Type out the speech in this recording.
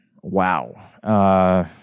Wow